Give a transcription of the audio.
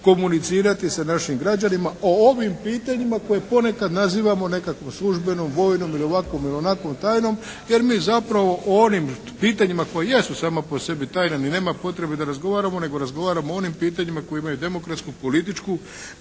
komunicirati sa našim građanima o ovim pitanjima koje ponekad nazivamo nekakvom službenom, vojnom ili ovakvom ili onakvom tajnom jer mi zapravo o onim pitanjima koji jesu sami po sebi tajna i nema potrebe da razgovaramo, nego razgovaramo o onim pitanjima koji imaju demokratsku, političku